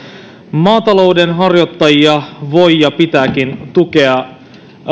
maataloudenharjoittajia voi ja pitääkin tukea